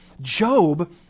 Job